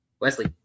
Wesley